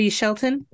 Shelton